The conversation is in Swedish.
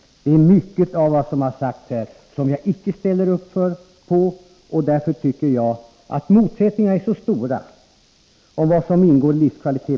Mycket av vad som har sagts här ställer jag inte upp för. Motsättningarna är så stora om vad som ingår i livskvalitetsbegreppet att jag ställer mig bakom varje ord som majoriteten har skrivit.